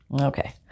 Okay